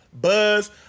buzz